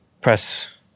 Press